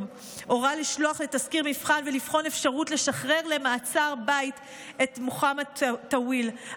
הורה לשלוח לתסקיר מבחן ולבחון אפשרות לשחרר את מוחמד טוויל,